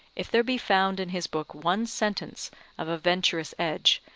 if there be found in his book one sentence of a venturous edge,